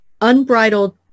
unbridled